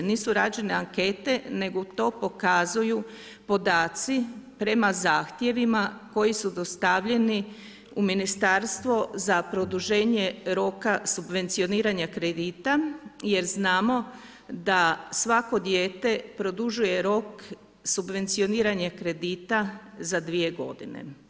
Nisu rađene ankete nego to pokazuju podaci prema zahtjevima koji su dostavljeni u u ministarstvo za produženje roka subvencioniranja kredita jer znamo da svako dijete produžuje rok subvencioniranje kredita za dvije godine.